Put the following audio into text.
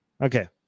okay